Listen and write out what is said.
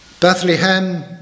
Bethlehem